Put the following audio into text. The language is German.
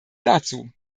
dazu